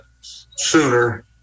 sooner